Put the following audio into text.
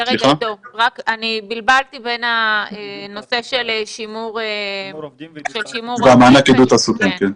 אני בלבלתי בין הנושא של שימור עובדים ומענק עידוד תעסוקה.